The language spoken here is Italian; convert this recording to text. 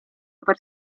per